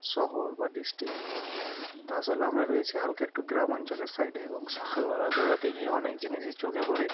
শহর বা ডিস্ট্রিক্ট কিন্তু আসলে আমরা রয়েছি হালকা একটু গ্রাম অঞ্চলের সাইডে এবং সকালবেলা দৌড়াতে গিয়ে অনেক জিনিসই চোখে পড়ে